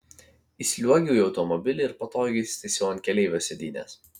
įsliuogiau į automobilį ir patogiai įsitaisiau ant keleivio sėdynės